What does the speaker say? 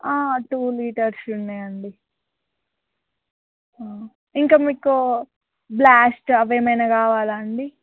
two లీటర్స్వి ఉన్నాయండి ఇంకా మీకు బ్లాస్ట్ అవేమైనా కావాలా అండి